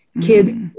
kids